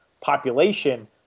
population